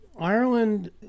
Ireland